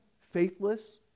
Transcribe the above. faithless